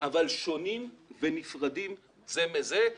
אבל שונים ונפרדים זה מזה.